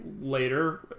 later